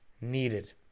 needed